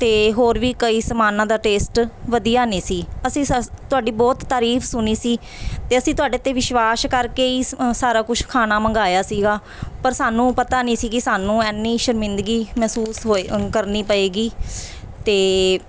ਅਤੇ ਹੋਰ ਵੀ ਕਈ ਸਮਾਨਾਂ ਦਾ ਟੇਸਟ ਵਧੀਆ ਨਹੀਂ ਸੀ ਅਸੀਂ ਸਸ ਤੁਹਾਡੀ ਬਹੁਤ ਤਾਰੀਫ਼ ਸੁਣੀ ਸੀ ਅਤੇ ਅਸੀਂ ਤੁਹਾਡੇ 'ਤੇ ਵਿਸ਼ਵਾਸ ਕਰਕੇ ਹੀ ਸ ਸਾਰਾ ਕੁਛ ਖਾਣਾ ਮੰਗਵਾਇਆ ਸੀਗਾ ਪਰ ਸਾਨੂੰ ਪਤਾ ਨਹੀਂ ਸੀ ਕਿ ਸਾਨੂੰ ਇੰਨੀ ਸ਼ਰਮਿੰਦਗੀ ਮਹਿਸੂਸ ਹੋਏ ਅ ਕਰਨੀ ਪਏਗੀ ਅਤੇ